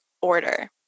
order